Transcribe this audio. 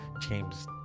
James